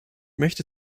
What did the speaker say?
möchte